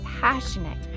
passionate